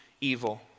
evil